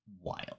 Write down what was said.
Wild